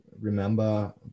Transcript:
remember